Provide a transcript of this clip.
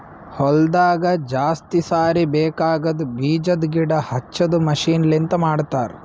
ಹೊಲದಾಗ ಜಾಸ್ತಿ ಸಾರಿ ಬೇಕಾಗದ್ ಬೀಜದ್ ಗಿಡ ಹಚ್ಚದು ಮಷೀನ್ ಲಿಂತ ಮಾಡತರ್